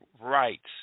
rights